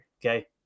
okay